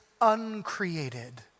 uncreated